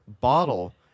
bottle